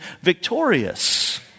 victorious